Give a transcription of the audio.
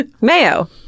Mayo